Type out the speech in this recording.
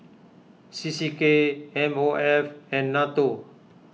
C C K M O F and Nato